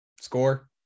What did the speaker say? score